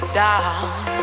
down